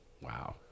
Wow